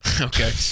Okay